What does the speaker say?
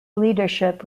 leadership